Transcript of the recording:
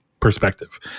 perspective